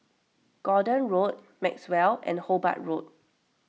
Gordon Road Maxwell and Hobart Road